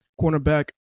Cornerback